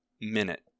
minute